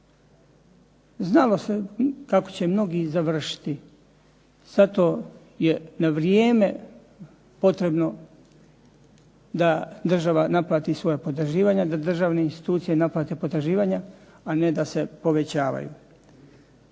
Znalo se kako će mnogi završiti. Zato je na vrijeme potrebno da država naplati svoja potraživanja, da državne institucije naplate potraživanja, a ne da se povećavaju.